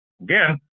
Again